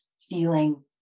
feeling